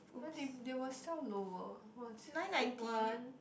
when they they will sell lower what fake one